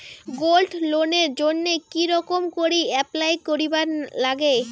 Gold লোনের জইন্যে কি রকম করি অ্যাপ্লাই করিবার লাগে?